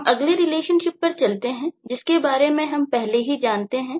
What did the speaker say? हम अगले रिलेशनशिप पर चलते हैं जिसके बारे में हम पहले से ही जानते हैं